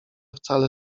wcale